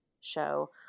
show